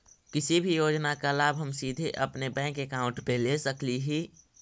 किसी भी योजना का लाभ हम सीधे अपने बैंक अकाउंट में ले सकली ही?